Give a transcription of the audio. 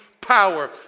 power